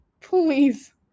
please